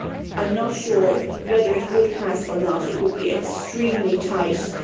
i'm not sure whether it would pass or not. it would be extremely tight.